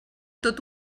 tot